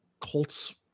Colts